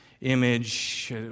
image